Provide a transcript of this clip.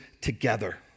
together